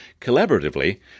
Collaboratively